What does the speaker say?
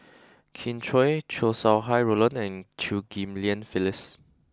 Kin Chui Chow Sau Hai Roland and Chew Ghim Lian Phyllis